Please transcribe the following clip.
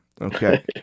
okay